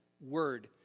word